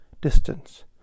distance